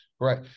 right